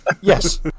Yes